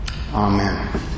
Amen